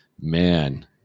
man –